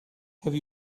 have